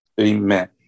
Amen